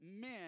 Men